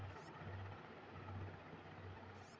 उद्योग तथा इमरतवन ला बहुत जंगलवन के काटे भी पड़ले हल